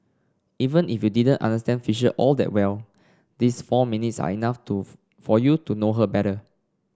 even if you didn't understand Fisher all that well these four minutes are enough for you to know her better